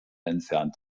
entfernt